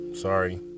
sorry